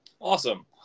awesome